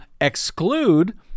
exclude